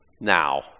now